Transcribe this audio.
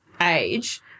age